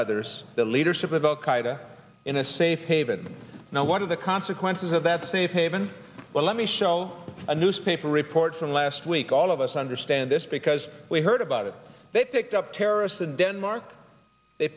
others the leadership of al qaida in a safe haven now what are the consequences of that safe haven well let me show a newspaper report from last week all of us understand this because we heard about it they picked up terrorists in denmark they